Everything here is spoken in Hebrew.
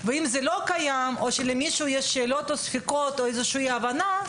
ואם זה לא קיים או שלמישהו יש שאלות או ספקות או איזושהי אי הבנה,